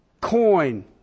coin